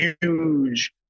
huge